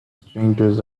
strangers